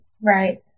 Right